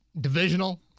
divisional